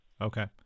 Okay